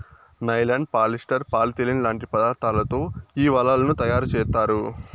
nylon, polyester, polyethylene లాంటి పదార్థాలతో ఈ వలలను తయారుచేత్తారు